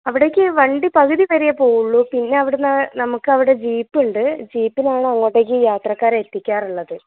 അവിടേക്ക് വണ്ടി പകുതി വരയെ പോകുള്ളൂ പിന്നെ അവിടെ നിന്ന് നമുക്ക് അവിടെ ജീപ്പുണ്ട് ജീപ്പിനാണ് അങ്ങോട്ടേയ്ക്ക് യാത്രക്കാരെ എത്തിക്കാറുള്ളത്